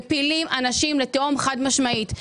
מפילים אנשים לתהום, חד משמעית.